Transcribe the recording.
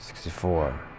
Sixty-four